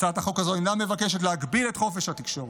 הצעת החוק הזו אינה מבקשת להגביל את חופש התקשורת